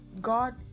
God